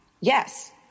Yes